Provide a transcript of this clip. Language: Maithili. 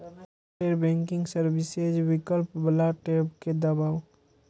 फेर बैंकिंग सर्विसेज विकल्प बला टैब कें दबाउ